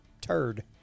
turd